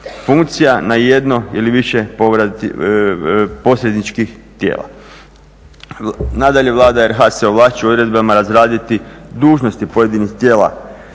funkcija na jedno ili više posjedničkih tijela. Nadalje, Vlada RH se ovlašćuje odredbama razraditi dužnosti pojedinih tijela